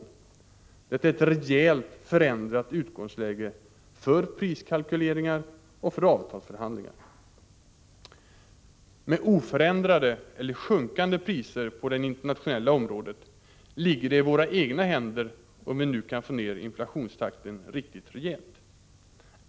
Detta är ett rejält förändrat utgångsläge för priskalkyleringar och för avtalsförhandlingar. Med oförändrade eller sjunkande priser på det internationella området ligger det i våra egna händer om vi nu kan få ned inflationstakten riktigt rejält.